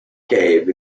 cave